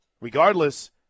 regardless